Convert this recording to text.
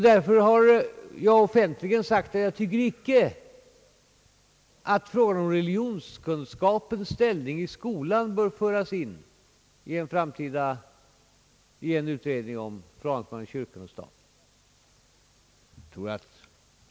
Därför har jag offentligen sagt att jag inte tycker att frågan om religionskunskapens ställning i skolan bör föras in i en framtida utredning om förhållandet mellan kyrka och stat.